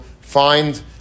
find